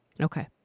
okay